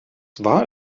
war